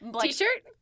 T-shirt